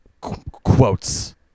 quotes